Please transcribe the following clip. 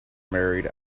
married